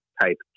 type